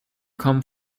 come